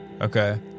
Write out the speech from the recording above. Okay